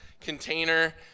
container